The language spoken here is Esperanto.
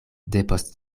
depost